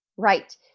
Right